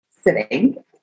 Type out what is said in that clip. sitting